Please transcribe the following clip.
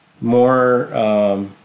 more